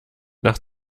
nach